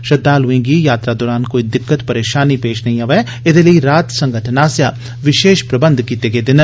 श्रद्धाल्एं गी यात्रा दौरान कोई दिक्कत परेशानी पेश नेई अवै एदे लेई राहत संगठन आसेया विशेष प्रबंध कीते गेदे न